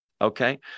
okay